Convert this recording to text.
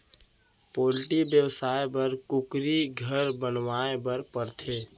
poultry बेवसाय बर कुकुरी घर बनवाए बर परथे